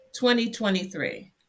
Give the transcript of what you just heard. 2023